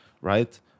right